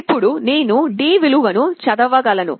ఇప్పుడు నేను D విలువ ను చదవగలను